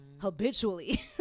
habitually